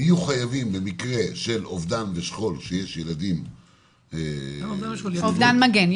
יהיו חייבים במקרה של אובדן ושכול שיש ילדים --- אובדן מגן,